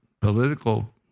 political